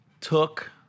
took